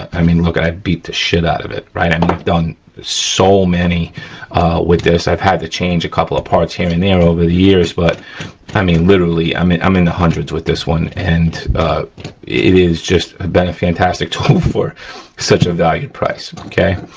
i mean look, i beat the shit out of it, right. and we've done so many with this. i've had to change a couple of parts here and there over the years but i mean, literally, i mean i'm in the hundreds with this one. and it has just been a fantastic tool for such a value price, okay.